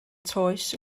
toes